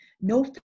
no